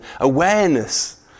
awareness